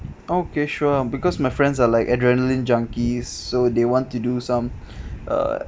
okay sure because my friends are like adrenaline junkies so they want to do some uh